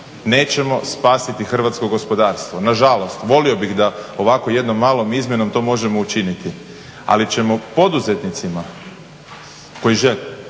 nećemo spasiti hrvatsko gospodarstvo, nažalost, volio bih da ovakvom jednom malom izmjenom to možemo učiniti, ali ćemo poduzetnicima koji žele